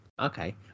Okay